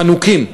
חנוקים.